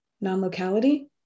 non-locality